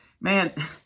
man